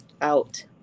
out